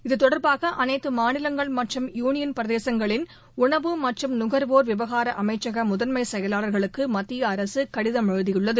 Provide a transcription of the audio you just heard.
இது தொடர்பாக அனைத்து மாநிலங்கள் மற்றும் யூனியன் பிரதேசங்களின் உணவு மற்றும் நுகர்வோர் விவகார அமைச்சக முதன்மை செயலாளர்களுக்கு மத்திய அரசு கடிதம் எழுதியுள்ளது